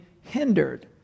hindered